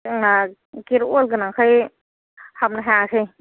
जोंना गेट अवाल गोनांखाय हाबनो हायासै